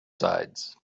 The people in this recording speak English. sides